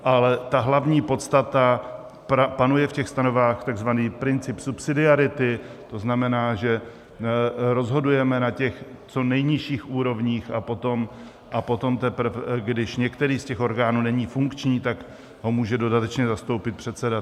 Ale ta hlavní podstata: v těch stanovách panuje takzvaný princip subsidiarity, to znamená, že rozhodujeme na těch co nejnižších úrovních, a potom teprve, když některý z těch orgánů není funkční, tak ho může dodatečně zastoupit předseda.